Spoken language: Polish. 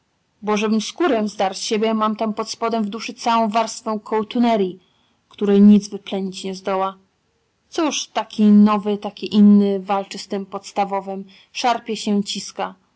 żebym skórę zdarł z siebie mam tam pod spodem w duszy całą warstwę kołtuneryi której nic wyplenić nie zdoła coś taki nowy taki inny walczy z tym podstawowym szarpie się ciska